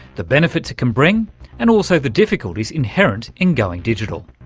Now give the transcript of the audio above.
the benefits it can bring and also the difficulties inherent in going digital.